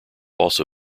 also